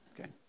Okay